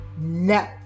No